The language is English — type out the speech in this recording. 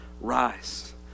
rise